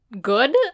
good